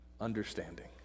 Understanding